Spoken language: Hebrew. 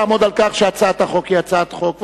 לעמוד על כך שהצעת החוק היא הצעת חוק,